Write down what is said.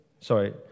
sorry